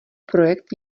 projekt